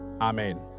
Amen